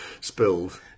spilled